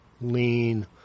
lean